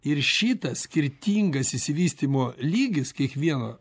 ir šitas skirtingas išsivystymo lygis kiekvieno